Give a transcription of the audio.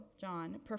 John